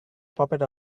puppet